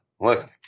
Look